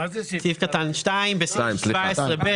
בסעיף 17(ב),